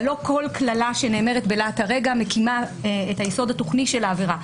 אבל לא כל קללה שנאמרת בלהט הרגע מקימה את היסוד התוכני של העבירה.